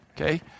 Okay